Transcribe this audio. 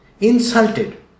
Insulted